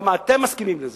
למה אתם מסכימים לזה.